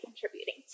contributing